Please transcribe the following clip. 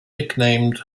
nicknamed